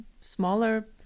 smaller